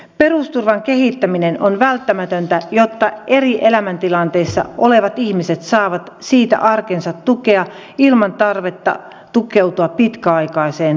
perusturvan kehittäminen on välttämätöntä jotta eri elämäntilanteissa olevat ihmiset saavat siitä arkensa tukea ilman tarvetta tukeutua pitkäaikaiseen toimeentulotukeen